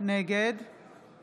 נגד